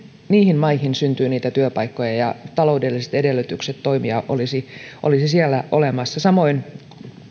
niihin maihin syntyy työpaikkoja ja taloudelliset edellytykset toimia olisivat siellä olemassa samoin